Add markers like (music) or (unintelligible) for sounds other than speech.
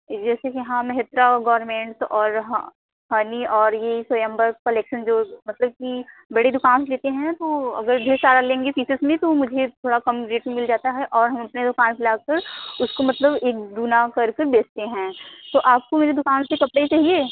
जैसे (unintelligible) गोरमेंट और (unintelligible) और ये स्वयंवर कलेक्शन जो मतलब कि बड़े दुकान से लेते हैं तो अगर ढेर सारा लेंगे (unintelligible) तो मुझे थोड़ा कम रेट में मिल जाता है और हम अपने दोकान से ला कर उसको मतलब एक दूना कर कर बेचते हैं तो आपको मेरे दुकान से कपड़े चाहिए